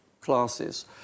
classes